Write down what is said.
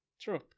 True